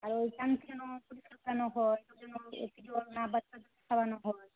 আর ওখান থেকে হয়